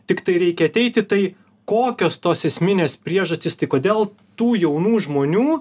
tiktai reikia ateiti tai kokios tos esminės priežastys tai kodėl tų jaunų žmonių